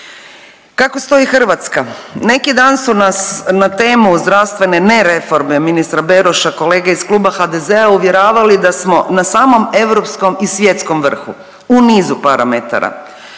Kako stoji Hrvatska? Neki dan su nas na temu zdravstvene ne reforme ministra Beroša kolege iz Kluba HDZ-a uvjeravali da smo na samom europskom i svjetskom vrhu u nizu parametara.